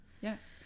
Yes